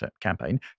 campaign